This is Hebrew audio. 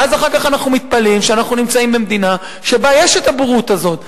ואז אחר כך אנחנו מתפלאים שאנחנו נמצאים במדינה שבה יש הבורות הזו.